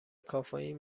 کافئین